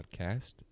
podcast